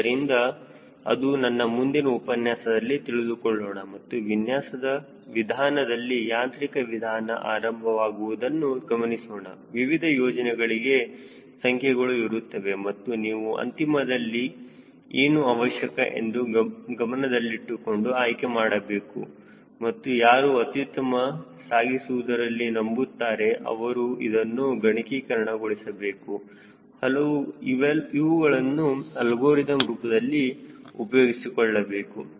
ಆದ್ದರಿಂದ ಅದು ನನ್ನ ಮುಂದಿನ ಉಪನ್ಯಾಸದಲ್ಲಿ ತಿಳಿದುಕೊಳ್ಳೋಣ ಮತ್ತು ವಿನ್ಯಾಸದ ವಿಧಾನದಲ್ಲಿ ಯಾಂತ್ರಿಕ ವಿಧಾನ ಆರಂಭವಾಗುವುದನ್ನು ಗಮನಿಸೋಣ ವಿವಿಧ ಯೋಜನೆಗಳಿಗೆ ಸಂಖ್ಯೆಗಳು ಇರುತ್ತವೆ ಮತ್ತು ನೀವು ಅಂತಿಮದಲ್ಲಿ ಏನು ಅವಶ್ಯಕ ಎಂದು ಗಮನದಲ್ಲಿಟ್ಟುಕೊಂಡು ಆಯ್ಕೆ ಮಾಡಬೇಕು ಮತ್ತು ಯಾರು ಅತ್ಯುತ್ತಮ ಸಾಗಿಸುವುದರಲ್ಲಿ ನಂಬುತ್ತಾರೆ ಅವರು ಇದನ್ನು ಗಣಕೀಕರಣ ಗೊಳಿಸಬೇಕು ಅವುಗಳನ್ನು ಅಲ್ಗೊರಿದಮ್ ರೂಪದಲ್ಲಿ ಉಪಯೋಗಿಸಿಕೊಳ್ಳಬೇಕು